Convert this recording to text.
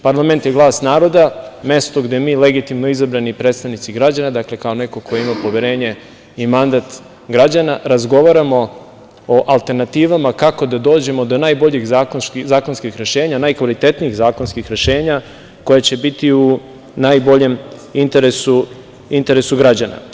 Parlament je glas naroda, mesto gde mi legitimno izabrani predstavnici građana, dakle, kao neko ko ima poverenje i mandat građana, razgovaramo o alternativama kako da dođemo do najboljih zakonskih rešenja, najkvalitetnijih zakonskih rešenja, koja će biti u najboljem interesu građana.